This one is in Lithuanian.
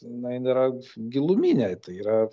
na jin yra giluminė tai yra